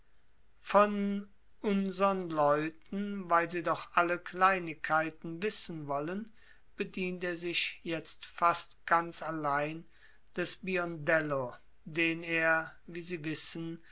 von unsern leuten weil sie doch alle kleinigkeiten wissen wollen bedient er sich jetzt fast ganz allein des biondello den er wie sie wissen